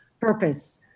purpose